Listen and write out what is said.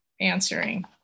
answering